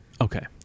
Okay